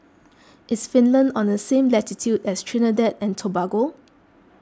is Finland on the same latitude as Trinidad and Tobago